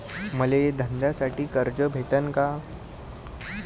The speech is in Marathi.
मले धंद्यासाठी कर्ज भेटन का?